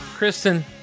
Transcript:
Kristen